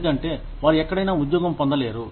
ఎందుకంటే వారు ఎక్కడైనా ఉద్యోగం పొందలేరు